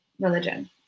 religion